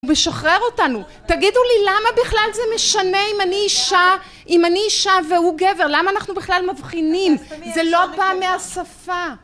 הוא משחרר אותנו. תגידו לי, למה בכלל זה משנה אם אני אישה והוא גבר, למה אנחנו בכלל מבחינים, זה לא בא מהשפה.